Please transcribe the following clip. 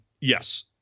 yes